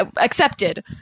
accepted